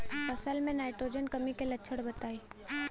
फसल में नाइट्रोजन कमी के लक्षण बताइ?